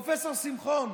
פרופ' שמחון,